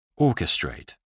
Orchestrate